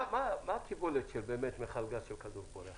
מה הקיבולת של מכל גז של כדור פורח?